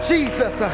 Jesus